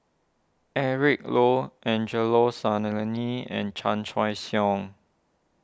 Eric Low Angelo Sanelli and Chan Choy Siong